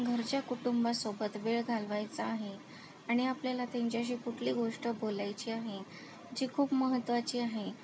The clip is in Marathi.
घरच्या कुटुंबासोबत वेळ घालवायचा आहे आणि आपल्याला त्यांच्याशी कुठली गोष्ट बोलायची आहे जी खूप महत्त्वाची आहे